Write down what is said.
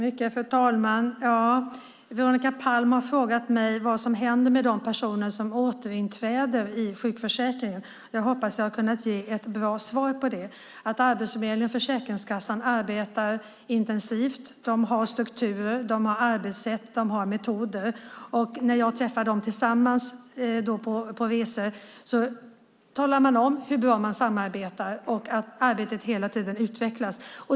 Fru talman! Veronica Palm har frågat mig vad som händer med de personer som återinträder i sjukförsäkringen. Jag hoppas att jag har kunnat ge ett bra svar på det. Arbetsförmedlingen och Försäkringskassan arbetar intensivt. De har strukturer, arbetssätt och metoder. När jag träffar dem tillsammans på resor talar man om hur bra man samarbetar och att arbetet hela tiden utvecklas.